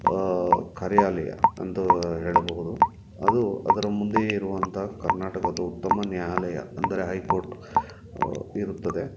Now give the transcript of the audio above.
ಕಾರ್ಯಾಲಯ ಅಂದು ಹೇಳಬಹುದು ಅದು ಅದರ ಮುಂದೆಯೇ ಇರುವಂಥ ಕರ್ನಾಟಕದ ಉತ್ತಮ ನ್ಯಾಯಾಲಯ ಅಂದರೆ ಹೈ ಕೋರ್ಟ್ ಇರುತ್ತದೆ